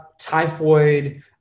typhoid